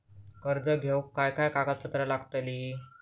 कर्ज घेऊक काय काय कागदपत्र लागतली?